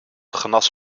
genas